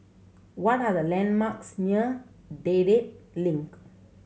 what are the landmarks near Dedap Link